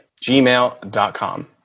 gmail.com